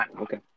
Okay